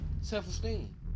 self-esteem